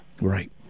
Right